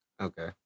Okay